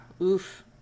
oof